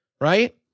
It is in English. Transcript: right